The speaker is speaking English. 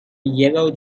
yellow